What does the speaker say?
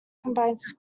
combines